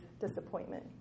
disappointment